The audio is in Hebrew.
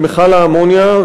של מכל האמוניה,